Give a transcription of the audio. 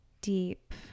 deep